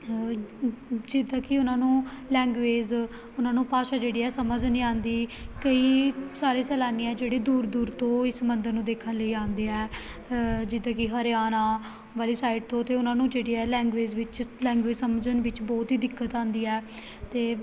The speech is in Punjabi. ਜਿੱਦਾਂ ਕਿ ਉਹਨਾਂ ਨੂੰ ਲੈਂਗੁਏਜ਼ ਉਹਨਾਂ ਨੂੰ ਭਾਸ਼ਾ ਜਿਹੜੀ ਹੈ ਸਮਝ ਨਹੀਂ ਆਉਂਦੀ ਕਈ ਸਾਰੇ ਸੈਲਾਨੀ ਆ ਜਿਹੜੇ ਦੂਰ ਦੂਰ ਤੋਂ ਇਸ ਮੰਦਰ ਨੂੰ ਦੇਖਣ ਲਈ ਆਉਂਦੇ ਹੈ ਜਿੱਦਾਂ ਕਿ ਹਰਿਆਣਾ ਵਾਲੀ ਸਾਈਡ ਤੋਂ ਅਤੇ ਉਹਨਾਂ ਨੂੰ ਜਿਹੜੀ ਹੈ ਲੈਂਗੁਏਜ ਵਿੱਚ ਲੈਂਗੁਏਜ਼ ਸਮਝਣ ਵਿੱਚ ਬਹੁਤ ਹੀ ਦਿੱਕਤ ਆਉਂਦੀ ਹੈ ਅਤੇ